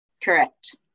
Correct